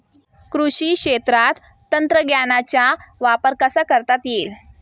कृषी क्षेत्रात तंत्रज्ञानाचा वापर कसा करता येईल?